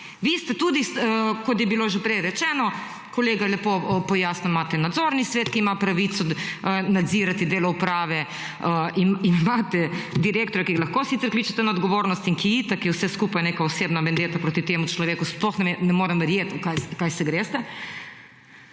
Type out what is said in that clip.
Vi ste tudi, kot je bilo že prej rečeno, kolega je lepo pojasnil, imate nadzorni svet, ki ima pravic nadzirati delo uprave in imate direktorja, ki ga lahko sicer kličete na odgovornost, in ki itak je vse skupaj neka osebna / nerazumljivo/ proti temu človeku, sploh ne morem verjeti kaj se greste,